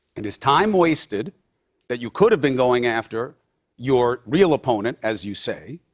it is time wasted that you could have been going after your real opponent, as you say,